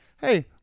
hey